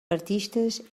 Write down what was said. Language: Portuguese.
artistas